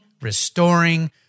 restoring